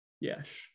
Yes